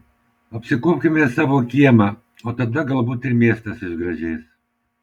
apsikuopkime savo kiemą o tada galbūt ir miestas išgražės